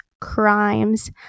crimes